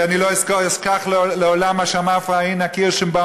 ואני לא אשכח לעולם מה שאמרה פאינה קירשנבאום,